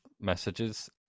messages